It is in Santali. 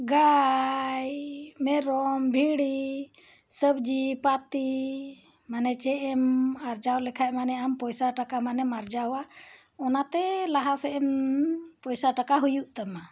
ᱜᱟᱹᱭ ᱢᱮᱨᱚᱢ ᱵᱷᱤᱰᱤ ᱥᱚᱵᱽᱡᱤ ᱯᱟᱹᱛᱤ ᱢᱟᱱᱮ ᱪᱮᱫ ᱮᱢ ᱟᱨᱡᱟᱣ ᱞᱮᱠᱷᱟᱡ ᱢᱟᱱᱮ ᱟᱢ ᱯᱚᱭᱥᱟ ᱴᱟᱠᱟ ᱢᱟᱱᱮᱢ ᱢᱟᱨᱡᱟᱣᱟ ᱚᱱᱟᱛᱮ ᱞᱟᱦᱟᱥᱮᱫ ᱮᱢ ᱯᱚᱭᱥᱟ ᱴᱟᱠᱟ ᱦᱩᱭᱩᱜ ᱛᱟᱢᱟ